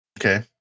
Okay